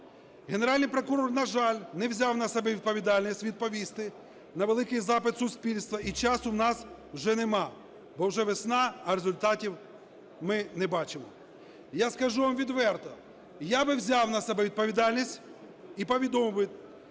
Генеральний прокурор, на жаль, не взяв на себе відповідальність відповісти на великий запит суспільства, і часу в нас вже нема, бо вже весна, а результатів ми не бачимо. Я скажу вам відверто, я би взяв на себе відповідальність і повідомив